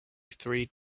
three